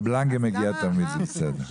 אבל בלנגה מגיע תמיד, זה בסדר.